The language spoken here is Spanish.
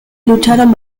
lucharon